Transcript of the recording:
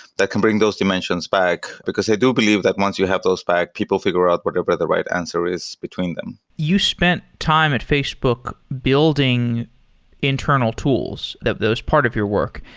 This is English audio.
that can bring those dimensions back, because i do believe that once you have those back, people figure out whatever the right answer is between them. you spent time at facebook building internal tools. that was part of your work.